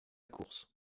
course